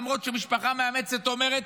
למרות שמשפחה המאמצת אומרת: